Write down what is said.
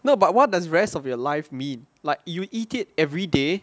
no but what does the rest of your life means like you eat it everyday